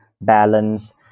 balance